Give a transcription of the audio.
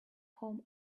home